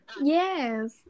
yes